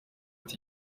bati